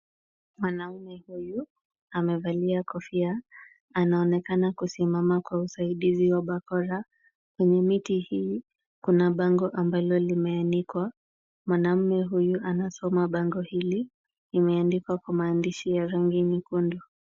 Mwanaume huyu amevalia kofia anaonekana kusimama kwa usaidizi wa bakora. Kwenye miti hii kuna bango ambalo limeanikwa. Mwanaume huyu anasoma bango hili, imeandikwa kwa maandishi ya rangi nyekundu.